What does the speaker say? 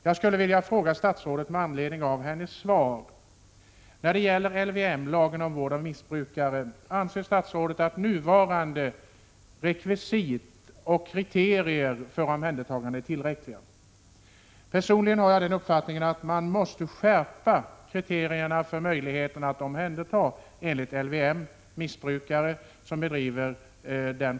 Jag skulle vilja fråga statsrådet med anledning av hennes svar: Anser statsrådet, när det gäller LVM — lagen om vård av missbrukare — att nuvarande rekvisit och kriterier för omhändertagande är tillräckliga? Personligen har jag den uppfattningen att man måste skärpa lagstiftningen och ange ytterligare kriterier som gör det möjligt att enligt LYM omhänderta missbrukare som prostituerar sig.